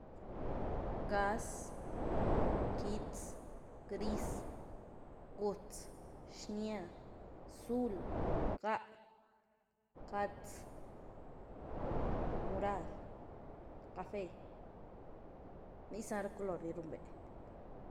Ngaz, quitz, gris, gutz, xnya, zul, ngá, ngátz, murad, café, nizy ná ra color ni ruin-vee.